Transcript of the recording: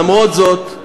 למרות זאת,